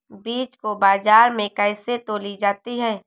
बीज को बाजार में कैसे तौली जाती है?